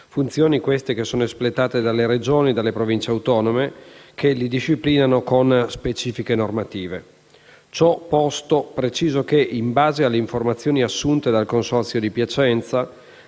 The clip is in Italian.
funzioni queste espletate dalle Regioni e dalle Province autonome, che li disciplinano con specifiche normative. Ciò posto, preciso che, in base alle informazioni assunte dal Consorzio di Piacenza,